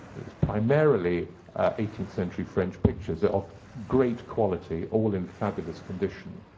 it's primarily eighteenth century french pictures of great quality, all in fabulous condition.